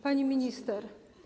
Pani Minister!